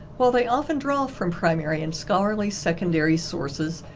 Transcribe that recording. while they often draw from primary and scholarly secondary sources,